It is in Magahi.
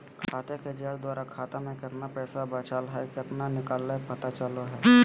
खाते के जांच द्वारा खाता में केतना पैसा बचल हइ केतना निकलय पता चलो हइ